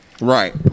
Right